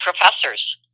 professors